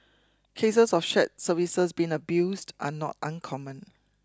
cases of shared services being abused are not uncommon